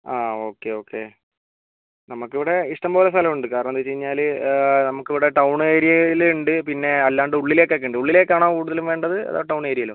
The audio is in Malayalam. ആ ഓക്കെ ഓക്കെ നമുക്കിവിടെ ഇഷ്ടം പോലെ സ്ഥലമുണ്ട് കാരണമെന്ത് വെച്ച് കഴിഞ്ഞാൽ നമുക്കിവിടെ ടൗണ് ഏരിയയിൽ ഉണ്ട് പിന്നെ അല്ലാതെ ഉള്ളിലെക്കൊക്കെ ഉണ്ട് ഉള്ളിലേക്കാണോ കൂടുതലും വേണ്ടത് അതോ ടൗണ് ഏരിയയിലോ